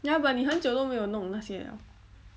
要不然你很久都没有弄那些 liao